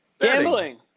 gambling